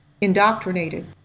indoctrinated